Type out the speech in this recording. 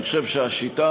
אני חושב שהשיטה,